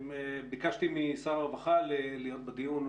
ביקשתי משר הרווחה להיות בדיון.